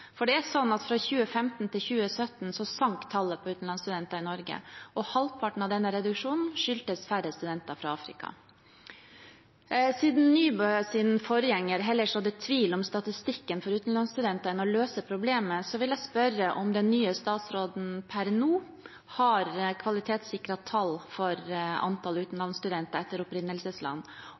Fra 2015 til 2017 sank tallet på utenlandsstudenter i Norge, og halvparten av denne reduksjonen skyldtes færre studenter fra Afrika. Siden Nybøs forgjenger heller sådde tvil om statistikken over utenlandsstudenter enn å løse problemet, vil jeg spørre om den nye statsråden per nå har kvalitetssikrede tall for antall utenlandsstudenter etter